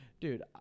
dude